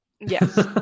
Yes